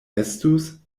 estus